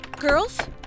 girls